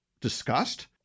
discussed